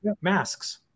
masks